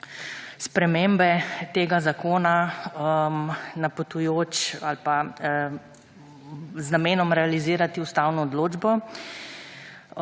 spremembe tega zakona napotujoč ali pa z namenom realizirati ustavno odločbo.